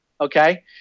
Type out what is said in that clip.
okay